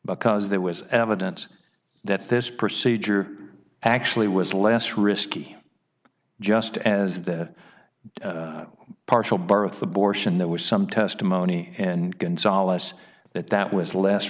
because there was evidence that this procedure actually was less risky just as the partial birth abortion there was some testimony and gonzales but that was less